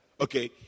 okay